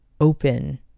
open